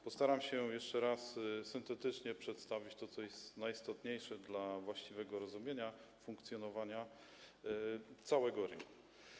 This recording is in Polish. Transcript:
Postaram się jeszcze raz syntetycznie przedstawić to, co jest najistotniejsze dla właściwego rozumienia sposobu funkcjonowania całego rynku.